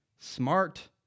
smart